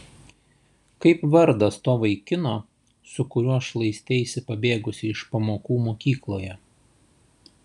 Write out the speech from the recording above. kaip vardas to vaikino su kuriuo šlaisteisi pabėgusi iš pamokų mokykloje